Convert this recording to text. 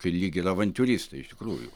kai lyg ir avantiūristai iš tikrųjų